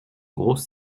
grosse